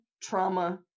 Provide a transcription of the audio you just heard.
trauma